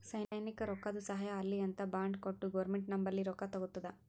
ಸೈನ್ಯಕ್ ರೊಕ್ಕಾದು ಸಹಾಯ ಆಲ್ಲಿ ಅಂತ್ ಬಾಂಡ್ ಕೊಟ್ಟು ಗೌರ್ಮೆಂಟ್ ನಂಬಲ್ಲಿ ರೊಕ್ಕಾ ತಗೊತ್ತುದ